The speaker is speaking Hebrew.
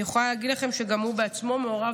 אני יכול לומר לכם שגם הוא בעצמו מעורב